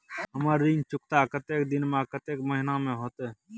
हमर ऋण चुकता कतेक दिन में आ कतेक महीना में होतै?